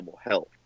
health